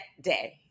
day